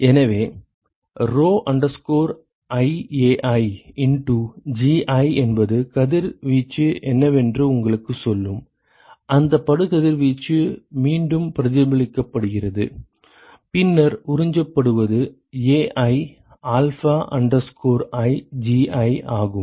எனவே rho iAi into Gi என்பது கதிர்வீச்சு என்னவென்று உங்களுக்குச் சொல்லும் அந்த படுகதிர்வீச்சு மீண்டும் பிரதிபலிக்கிறது பின்னர் உறிஞ்சப்படுவது Ai alpha i Gi ஆகும்